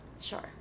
sure